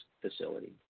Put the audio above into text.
facility